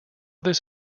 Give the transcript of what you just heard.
this